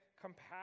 compassion